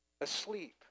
asleep